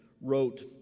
wrote